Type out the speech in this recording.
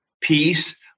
peace